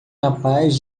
rapaz